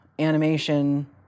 animation